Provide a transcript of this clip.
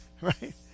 right